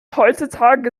heutzutage